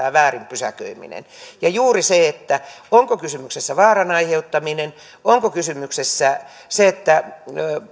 pysäköiminen maksaa juuri niin onko kysymyksessä vaaran aiheuttaminen onko kysymyksessä se että